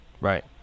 Right